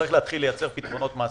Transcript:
צריך להתחיל לייצר פתרונות מעשיים.